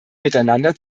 miteinander